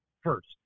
first